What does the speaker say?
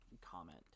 comment